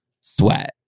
sweat